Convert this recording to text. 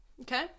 Okay